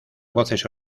voces